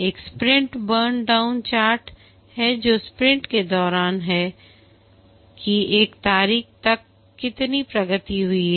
एक sprint burn down chart है जो स्प्रिंट के दौरान है कि एक तारीख तक कितनी प्रगति हुई है